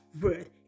word